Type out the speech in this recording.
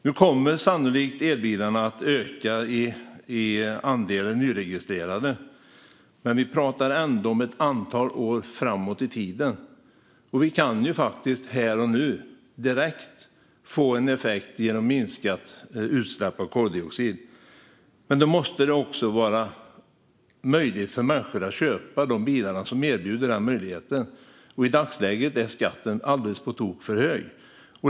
Nu kommer andelen nyregistrerade elbilar sannolikt att öka. Men vi talar ändå om ett antal år framåt i tiden, och vi kan faktiskt här och nu direkt få en effekt genom minskade utsläpp av koldioxid. Men då måste det också vara möjligt för människor att köpa de bilar som erbjuder denna möjlighet. I dagsläget är skatten alldeles på tok för hög.